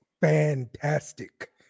fantastic